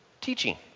teaching